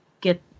get